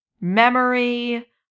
memory